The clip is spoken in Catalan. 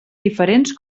diferents